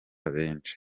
benshi